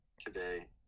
today